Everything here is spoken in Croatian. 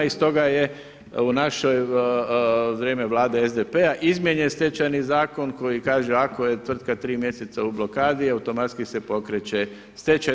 I stoga je u naše vrijeme Vlade SDP-a izmijenjen Stečajni zakon koji kaže ako je tvrtka tri mjeseca u blokadi automatski se pokreće stečaj.